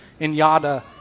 Inyada